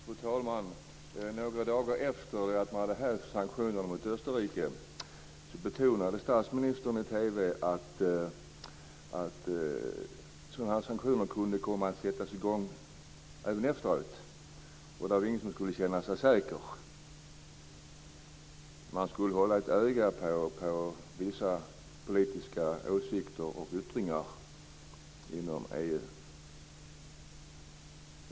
Fru talman! Några dagar efter det att sanktionerna mot Österrike hade hävts betonade statsministern i TV att sådana sanktioner kunde komma att sättas i gång även senare och att ingen skulle känna sig säker. Man skulle hålla ett öga på vissa politiska åsikter och yttringar inom EU.